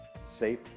safe